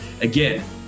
Again